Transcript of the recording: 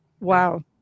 Wow